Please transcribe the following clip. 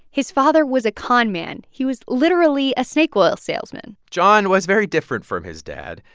his father was a con man. he was literally a snake oil salesman john was very different from his dad.